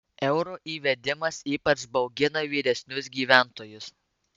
euro įvedimas ypač baugina vyresnius gyventojus